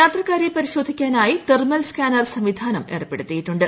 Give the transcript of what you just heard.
യാത്രക്കാരെ പരിശോധിക്കാനായി thermal scanner സംവിധാനം ഏർപ്പെടുത്തിയിട്ടുണ്ട്